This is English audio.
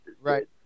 Right